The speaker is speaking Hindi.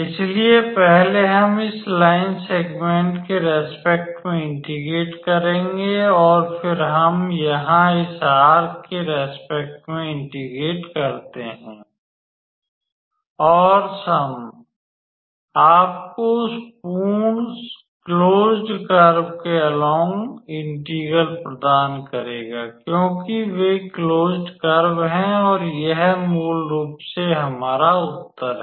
इसलिए पहले हम इस लाइन सेगमेंट के रेस्पेक्ट में इंटेग्रेट करेंगे और फिर हम यहां इस आर्क के रेस्पेक्ट में इंटेग्रेट करते हैं और योग आपको उस संपूर्ण क्लोज्ड कर्व के अलोंग इंटेग्रल प्रदान करेगा क्योंकि वे क्लोज्ड हैं और यह मूल रूप से हमारा उत्तर है